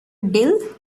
deal